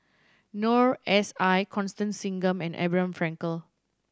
Noor S I Constance Singam and Abraham Frankel